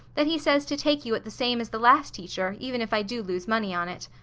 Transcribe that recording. that he says to take you at the same as the last teacher, even if i do lose money on it.